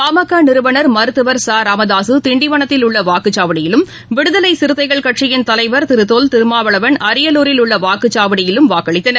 பாமக நிறுவன் மருத்துவர் ச ராமதாசு திண்டிவனத்தில் உள்ள வாக்குச்சாவடியிலும் விடுதலை சிறுத்தைகள் கட்சியின் தலைவர் திரு தொல் திருமாவளவன் அரியலூரில் உள்ள வாக்குச்சாவடியிலும் வாக்களித்தனர்